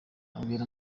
abwira